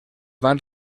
van